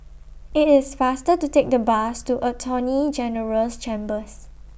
IT IS faster to Take The Bus to Attorney General's Chambers